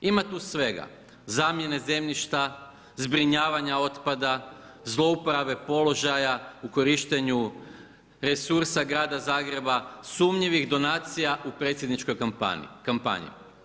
Ima tu svega, zamjene zemljišta, zbrinjavanja otpada, zlouporabe položaja u korištenju resursa grada Zagreba, sumnjivih donacija u predsjedničkoj kampanji.